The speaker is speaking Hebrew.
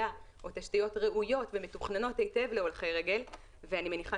או תשתיות ראויות ומתוכננות היטב להולכי רגל ואני מניחה